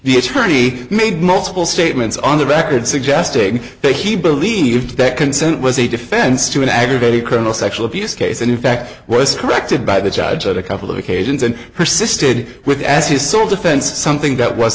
the attorney made multiple statements on the record suggesting that he believed that consent was a defense to an aggravated criminal sexual abuse case and in fact was corrected by the judge at a couple of occasions and persisted with as his sole defense something that was